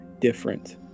different